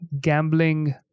gambling